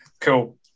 Cool